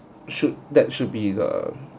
should that should be the